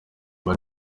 ubu